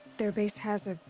their base has a.